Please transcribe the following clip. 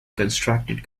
constructed